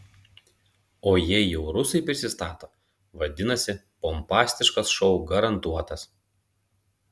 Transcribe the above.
o jei jau rusai prisistato vadinasi pompastiškas šou garantuotas